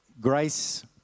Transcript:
grace